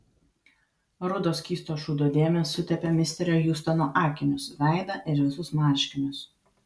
rudos skysto šūdo dėmės sutepė misterio hjustono akinius veidą ir visus marškinius